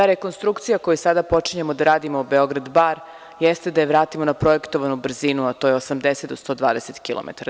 Ta rekonstrukcija koju sad počinjemo da radimo Beograd – Bar, jeste da je vratimo na projektovanu brzinu, a to je 80 do 120 kilometara.